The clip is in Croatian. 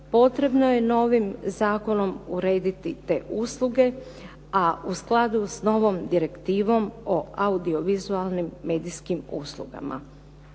potrebno je novim zakonom urediti te usluge, a u skladu sa novom Direktivom o audiovizualnim medijskim uslugama.